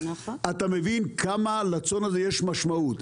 אתה מבין כמה לצאן הזה יש משמעות.